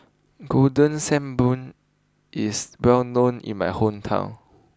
Golden Sand Bun is well known in my hometown